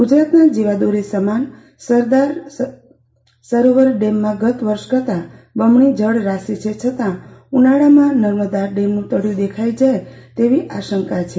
ગુજરાતની જીવાદોરી સમાન સરદાર સરોવર ડેમમાં ગત વર્ષ કરતા બમણી જળરાશી છે છતાં ઉનાળામાં નર્મદાડેમનું તળિયું દેખાઈ જાય તેની આશંકા છે